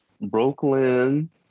Brooklyn